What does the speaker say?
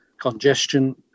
congestion